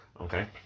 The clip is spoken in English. Okay